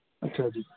ਅੱਛਾ ਜੀ